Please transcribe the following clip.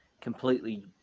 completely